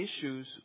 issues